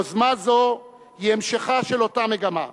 יוזמה זו היא המשכה של אותה מגמה,